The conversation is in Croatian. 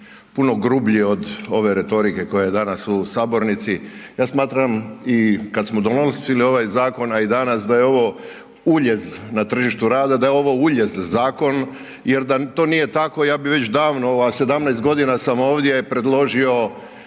puno grublji od ove retorike koja je danas u sabornici. Ja smatram i kada smo donosili ovaj zakon, a i dana da je ovo uljez na tržištu rada, da je ovo uljez zakon jer da to nije tako, ja bi već davno, 17 g. sam ovdje, predložio,